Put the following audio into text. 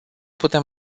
putem